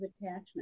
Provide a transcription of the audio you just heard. attachment